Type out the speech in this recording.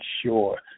sure